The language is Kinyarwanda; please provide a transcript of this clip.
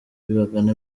bangana